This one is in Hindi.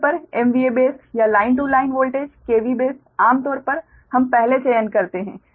आम तौर पर MVA बेस या line to line voltage kV base आमतौर पर हम पहले चयन करते हैं